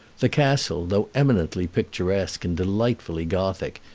the castle, though eminently picturesque and delightfully gothic,